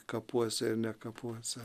kapuose ir ne kapuose